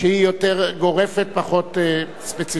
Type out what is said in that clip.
שהיא יותר גורפת, פחות ספציפית.